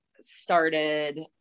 started